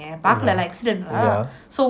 mm oh yeah